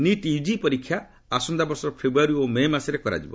NEET UG ପରୀକ୍ଷା ଆସନ୍ତା ବର୍ଷ ଫେବୃୟାରୀ ଓ ମେ ମାସରେ କରାଯିବ